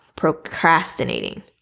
procrastinating